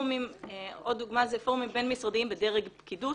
עוד דוגמה זה פורמים בין-משרדיים בדרג פקידות,